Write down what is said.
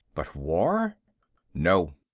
but war no!